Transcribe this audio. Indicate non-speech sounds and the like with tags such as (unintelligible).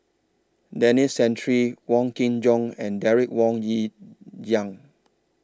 Denis Santry Wong Kin Jong and Derek Wong (unintelligible) Liang